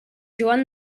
joan